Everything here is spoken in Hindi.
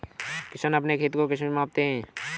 किसान अपने खेत को किससे मापते हैं?